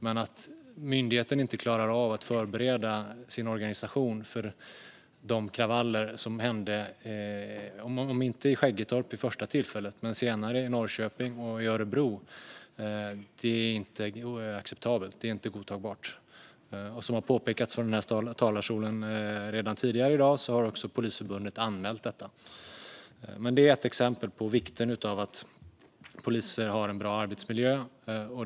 Men att myndigheten inte klarar av att förbereda sin organisation för de kravaller som blev, inte i Skäggetorp vid första tillfället men senare i Norrköping och i Örebro, är oacceptabelt. Det är inte godtagbart, och som påpekats i den här talarstolen tidigare i dag har Polisförbundet också anmält detta. Det är ett exempel på vikten av att poliser har en bra arbetsmiljö.